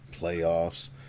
playoffs